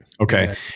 Okay